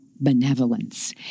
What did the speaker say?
benevolence